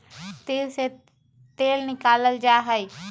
तिल से तेल निकाल्ल जाहई